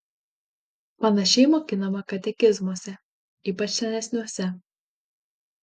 panašiai mokinama katekizmuose ypač senesniuose